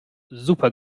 super